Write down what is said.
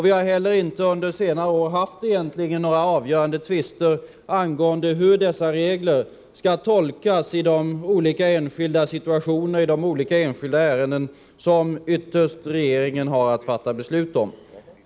Vi har under senare år egentligen inte haft några omfattande tvister angående hur dessa regler skall tolkas i olika enskilda situationer och ärenden, som ytterst regeringen har att fatta beslut om.